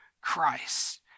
Christ